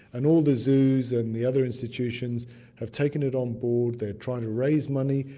and all the zoos and the other institutions have taken it on board, they're trying to raise money,